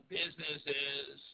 businesses